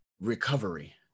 Recovery